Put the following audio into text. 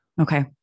Okay